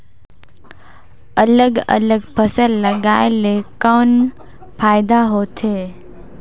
अलग अलग फसल लगाय ले कौन फायदा होथे?